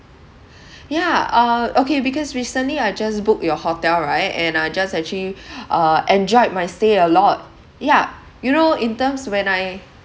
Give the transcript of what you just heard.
yeah uh okay because recently I just booked your hotel right and I just actually uh enjoyed my stay a lot yup you know in terms when I